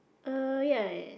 uh ya